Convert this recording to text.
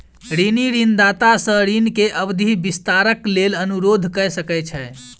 ऋणी ऋणदाता सॅ ऋण के अवधि विस्तारक लेल अनुरोध कय सकै छै